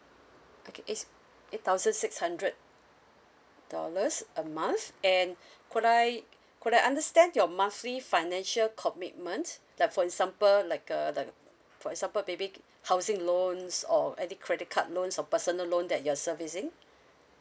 okay eight s~ eight thousand six hundred dollars a month and could I uh could I understand your monthly financial commitment like for example like uh the for example maybe housing loans or any credit card loans or personal loan that you're servicing